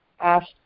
ask